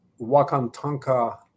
Wakantanka